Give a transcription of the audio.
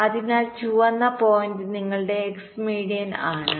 അതിനാൽ ചുവന്ന പോയിന്റ് നിങ്ങളുടെ എക്സ് മീഡിയൻ ആണ്